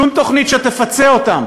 שום תוכנית שתפצה אותם